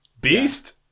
beast